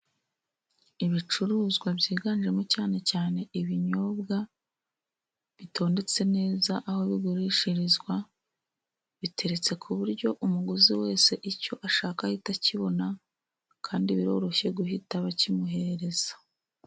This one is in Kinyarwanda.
Ibicuruzwa byiganjemo cyane cyane ibinyobwa, bitondetse neza aho bigurishirizwa, biteretse ku buryo umuguzi wese icyo ashaka ahita akibona, kandi biroroshye guhita bakimuhereza.